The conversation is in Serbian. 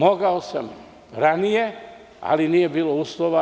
Mogao sam ranije, ali nije bilo uslova.